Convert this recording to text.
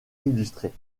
illustrées